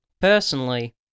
Personally